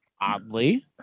Oddly